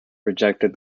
rejected